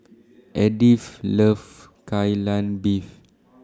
Edyth loves Kai Lan Beef